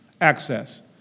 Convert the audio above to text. access